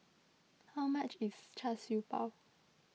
how much is Char Siew Bao